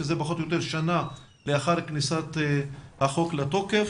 שזה פחות או יותר שנה לאחר כניסת החוק לתוקף.